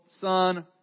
son